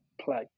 play